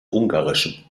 ungarisch